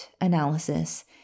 analysis